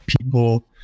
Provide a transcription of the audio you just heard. people